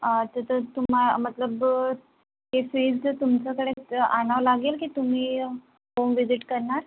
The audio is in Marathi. तिथंच तुम्हा मतलब ते फ्रीज तुमच्याकडे आणावं लागेल की तुम्ही होम व्हिजिट करणार